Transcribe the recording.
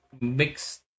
mixed